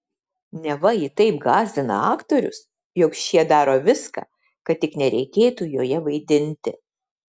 neva ji taip gąsdina aktorius jog šie daro viską kad tik nereikėtų joje vaidinti